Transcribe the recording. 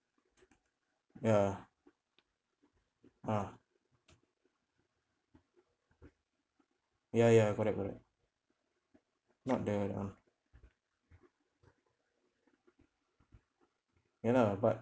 ya ah ya ya correct correct not the ah ya lah but